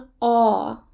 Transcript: awe